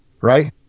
right